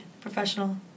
professional